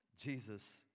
Jesus